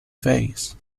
fays